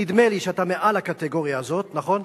נדמה לי שאתה מעל הקטגוריה הזאת, נכון?